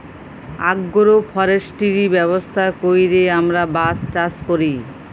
agro forestry ব্যবস্থা ক্যইরে আমরা বাঁশ চাষ ক্যরি